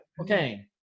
Okay